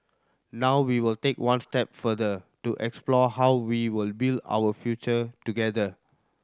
now we will take one step further to explore how we will build our future together